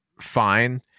fine